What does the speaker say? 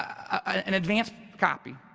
an advanced copy.